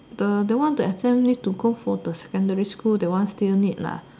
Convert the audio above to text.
the that one the exam need to go for the secondary school that one still need lah